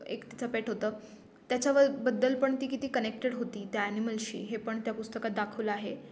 एक तिचं पेट होतं त्याच्यावरबद्दल पण ती किती कनेक्टेड होती त्या ॲनिमलशी हे पण त्या पुस्तकात दाखवलं आहे